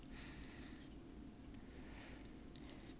first round five minutes second round two minutes